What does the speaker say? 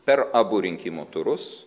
per abu rinkimų turus